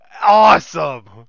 awesome